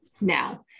Now